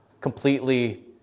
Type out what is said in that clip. completely